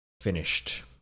finished